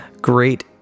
Great